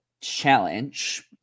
challenge